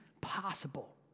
possible